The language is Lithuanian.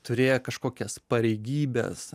turėjo kažkokias pareigybes